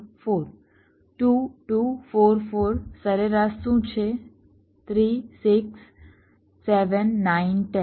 2 2 4 4 સરેરાશ શું છે 3 6 7 9 10